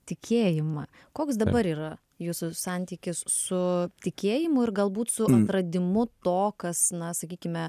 tikėjimą koks dabar yra jūsų santykis su tikėjimu ir galbūt su atradimu to kas na sakykime